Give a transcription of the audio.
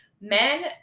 men